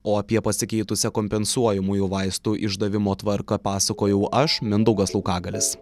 o apie pasikeitusią kompensuojamųjų vaistų išdavimo tvarką pasakojau aš mindaugas laukagalis